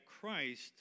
Christ